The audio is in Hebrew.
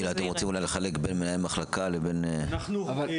תרצו אולי לחלק בין מנהל מחלקה לבין -- חובת